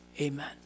Amen